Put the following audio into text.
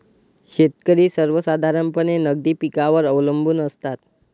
शेतकरी सर्वसाधारणपणे नगदी पिकांवर अवलंबून असतात